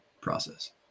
process